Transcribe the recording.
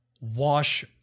wash